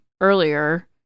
earlier